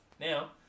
Now